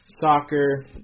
Soccer